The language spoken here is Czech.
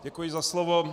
Děkuji za slovo.